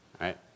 right